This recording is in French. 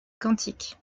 cantiques